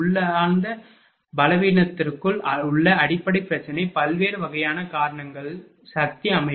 உள்ளார்ந்த பலவீனத்திற்குள் உள்ள அடிப்படை பிரச்சனை பல்வேறு வகையான காரணங்கள் சக்தி அமைப்பு